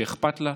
שאכפת לה,